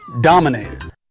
dominated